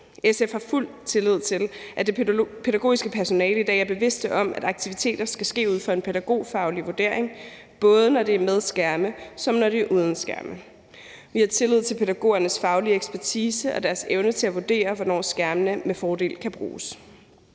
SF har fuld tillid til, at det pædagogiske personale i dag er bevidste om, at aktiviteter skal ske ud fra en pædagogfaglig vurdering, både når det er med skærme, og når det er uden skærme. Vi har tillid til pædagogernes faglige ekspertise og deres evne til at vurdere, hvornår skærmene med fordel kan bruges.